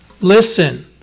Listen